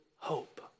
Hope